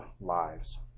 lives